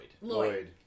Lloyd